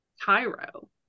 Cairo